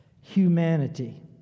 humanity